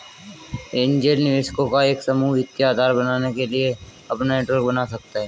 angel निवेशकों का एक समूह वित्तीय आधार बनने के लिए अपना नेटवर्क बना सकता हैं